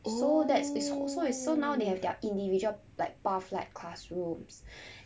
so that's this also is so now they have their individual like pathlight classrooms